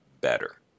better